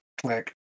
click